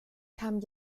kam